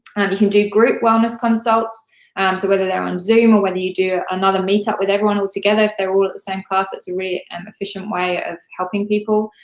you can do group wellness consults, so whether they're on zoom or whether you do another meetup with everyone all together if they're all at the same class, that's a really and efficient way of helping people,